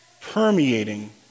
permeating